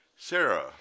sarah